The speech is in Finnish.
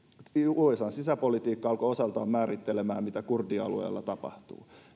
usan sisäpolitiikka alkoi osaltaan määrittelemään mitä kurdialueella tapahtuu